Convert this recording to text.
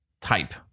type